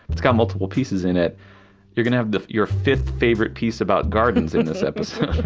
it's got multiple pieces in it you're gonna have your fifth favorite piece about gardens in this episode.